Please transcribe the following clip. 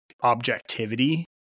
objectivity